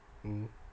mm